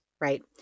Right